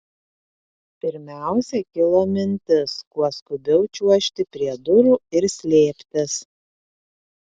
pirmiausia kilo mintis kuo skubiau čiuožti prie durų ir slėptis